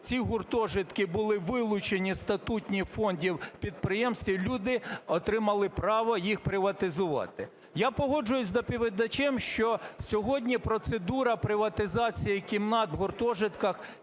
ці гуртожитки були вилучені зі статутних фондів підприємств і люди отримали право їх приватизувати. Я погоджуюсь з доповідачем, що сьогодні процедура приватизації кімнат в гуртожитках